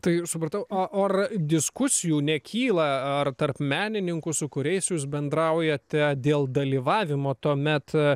tai jau supratau o ar diskusijų nekyla ar tarp menininkų su kuriais jūs bendraujate dėl dalyvavimo tuomet